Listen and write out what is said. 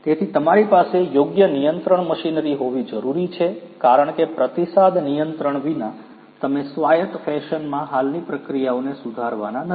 તેથી તમારી પાસે યોગ્ય નિયંત્રણ મશીનરી હોવી જરૂરી છે કારણ કે પ્રતિસાદ નિયંત્રણ વિના તમે સ્વાયત્ત ફેશનમાં હાલની પ્રક્રિયાઓને સુધારવાના નથી